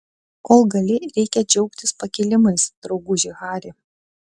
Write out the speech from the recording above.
kol gali reikia džiaugtis pakilimais drauguži hari